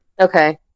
okay